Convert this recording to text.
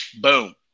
boom